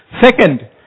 Second